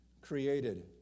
created